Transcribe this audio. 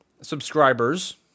subscribers